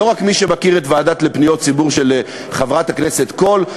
לא רק מי שמכיר את הוועדה לפניות הציבור של חברת הכנסת קול,